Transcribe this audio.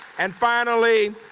and finally,